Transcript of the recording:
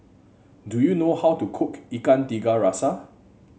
do you know how to cook Ikan Tiga Rasa